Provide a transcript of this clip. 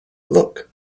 look